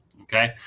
okay